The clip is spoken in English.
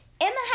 Emma